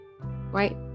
Right